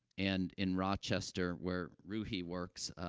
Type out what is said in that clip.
and in rochester, where ruhi works,